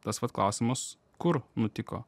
tas vat klausimas kur nutiko